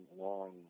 long